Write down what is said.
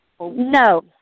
No